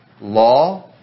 law